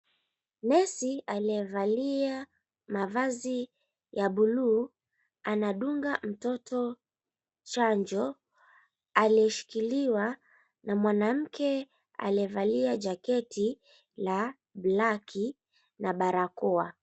Nesi aliyevalia mavazi ya buluu, anadunga mtoto chanjo. Aliyeshikiliwa na mwanamke aliyevalia jaketi la black na barakoa.